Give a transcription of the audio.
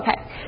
okay